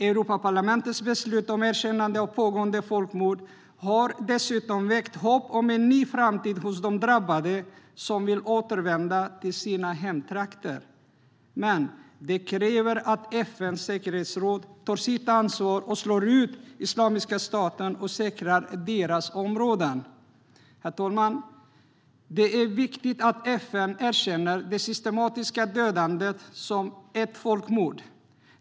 Europaparlamentets beslut om erkännande av pågående folkmord har dessutom väckt hopp om en ny framtid hos de drabbade som vill återvända till sina hemtrakter. Men det kräver att FN:s säkerhetsråd tar sitt ansvar och slår ut Islamiska staten och säkrar de drabbades områden. Herr talman! Det är viktigt att även FN erkänner det systematiska dödandet som ett folkmord.